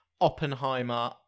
Oppenheimer